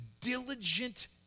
diligent